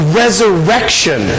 resurrection